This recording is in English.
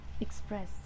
express